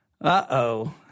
Uh-oh